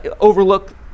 overlook